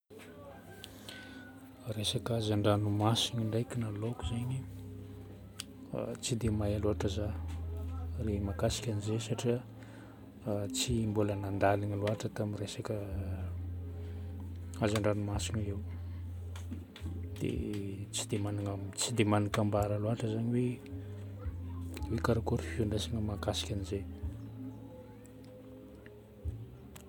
Resaka hazan-dranomasigny ndraiky na laoko zegny. Tsy dia mahay loatra zaho mahakasika an'izay satria tsy mbola nandaligna loatra tamin'ny resaka hazan-dranomasina io. Dia tsy dia magnana- tsy dia magnan-kambara loatra zany hoe karakory fifandraisana mahasika an'izay.